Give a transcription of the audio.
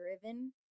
driven